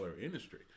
industry